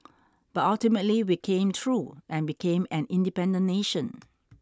but ultimately we came through and became an independent nation